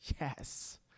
yes